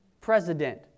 president